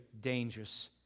dangerous